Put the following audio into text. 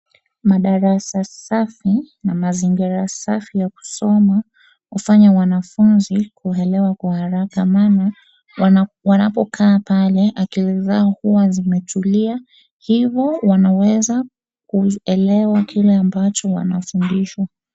Madarasa safi na mazingira safi ya kusoma hufanya mwanafunzi kuelewa kwa haraka maana wanapo kaa pale akili zao huwazimetulia hivo wanaweza kuelewa kile ambacho wanafundishwa.